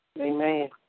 Amen